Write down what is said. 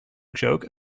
joke